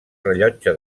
rellotge